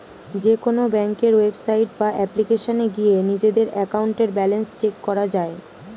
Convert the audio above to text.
যেকোনো ব্যাংকের ওয়েবসাইট বা অ্যাপ্লিকেশনে গিয়ে নিজেদের অ্যাকাউন্টের ব্যালেন্স চেক করা যায়